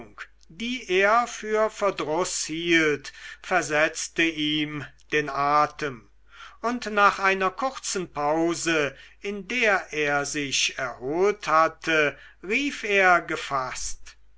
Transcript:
die er für verdruß hielt versetzte ihm den atem und nach einer kurzen pause in der er sich erholt hatte rief er gefaßt